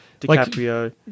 DiCaprio